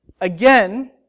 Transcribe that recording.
Again